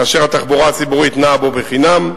כאשר התחבורה הציבורית נעה בו בחינם,